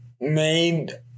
made